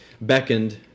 beckoned